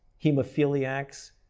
hemophiliacs,